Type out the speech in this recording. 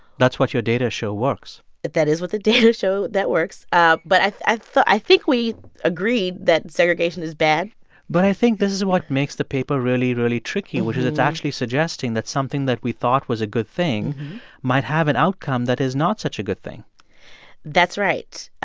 that's what your data show works that that is what the data show that works. ah but i i think we agreed that segregation is bad but i think this is what makes the paper really, really tricky, which is it's actually suggesting that's something that we thought was a good thing might have an outcome that is not such a good thing that's right.